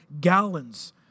gallons